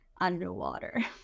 underwater